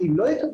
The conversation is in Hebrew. אם לא יקבלו,